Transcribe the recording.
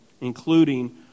Including